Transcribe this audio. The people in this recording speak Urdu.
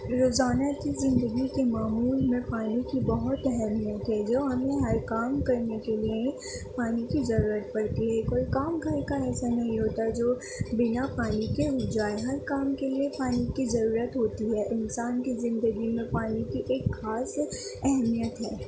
روازنہ کی زندگی کے معمول میں پانی کی بہت اہمیت ہے جو ہمیں ہر کام کرنے کے لیے پانی کی ضرورت پڑتی ہے کوئی کام گھر کا ایسا نہیں ہوتا جو بنا پانی کے ہو جائے ہر کام کے لیے پانی کی ضرورت ہوتی ہے انسان کی زندگی میں پانی کی ایک خاص اہمیت ہے